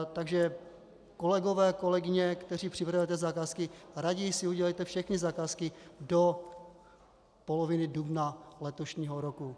Takže kolegové, kolegyně, kteří připravujete zakázky, raději si udělejte všechny zakázky do poloviny dubna letošního roku.